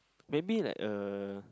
maybe like a